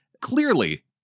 clearly